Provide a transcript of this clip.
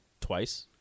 twice